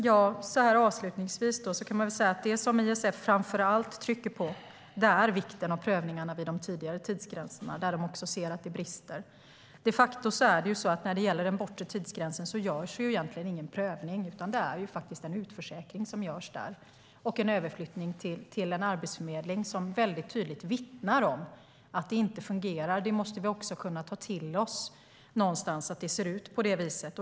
Herr talman! Avslutningsvis kan sägas att det som ISF framför allt trycker på är vikten av prövningarna vid de tidigare tidsgränserna, där man också ser att det finns brister. När det gäller den bortre tidsgränsen görs det egentligen ingen prövning, utan det som de facto görs är en utförsäkring och en överflyttning till Arbetsförmedlingen, som tydligt vittnar om att det inte fungerar. Vi måste kunna ta till oss att det ser ut på det viset.